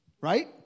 Right